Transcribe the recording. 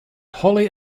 holly